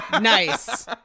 Nice